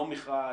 לא מכרז,